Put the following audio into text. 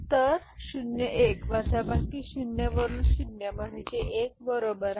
तर ० १ वजाबाकी ० वरून ० म्हणजे १ बरोबर आहे